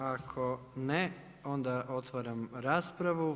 Ako ne onda otvaram raspravu.